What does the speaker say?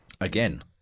Again